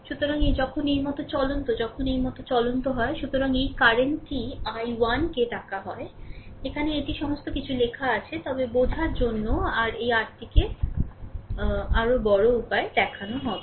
সুতরাং এই যখন এই মত চলন্ত যখন এই মত চলন্ত হয় সুতরাং এই কারেন্টটিই I1 কে ডাকা হয় এখানে এটি সমস্ত কিছু লেখা আছে তবে বোঝার জন্য এই আরটিকে এটি আরও বড় উপায়ে দেখানো বলবে